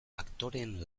aktoreen